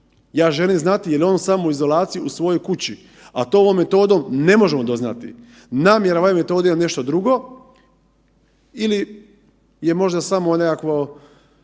ja želim znati je li on u samoizolaciji u svojoj kući, a to ovom metodom ne možemo doznati. Namjera ove metode je nešto drugo ili je možda samo nekakvo,